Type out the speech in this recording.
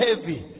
heavy